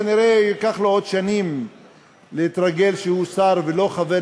כנראה ייקח לו עוד שנים להתרגל לזה שהוא שר ולא חבר